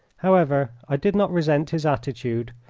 however, i did not resent his attitude,